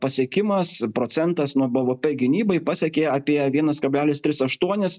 pasiekimas procentas nuo bvp gynybai pasiekė apie vienas kablelis tris aštuonis